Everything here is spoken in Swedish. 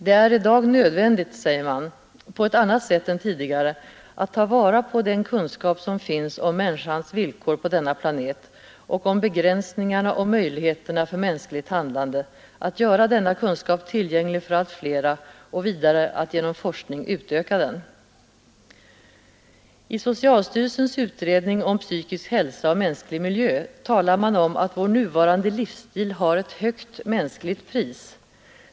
”Det är i dag”, säger man, ”nödvändigt — på ett annat sätt än tidigare — att ta vara på den kunskap som finns om människans villkor på denna planet och om begränsningarna och möjligheterna för mänskligt handlande, att göra denna kunskap tillgänglig för allt flera och vidare att genom forskning utöka den.” I socialstyrelsens utredning om psykisk hälsa och mänsklig miljö talas det om att vår nuvarande livsstil har ett högt mänskligt pris.